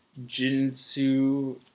Jinsu